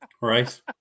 right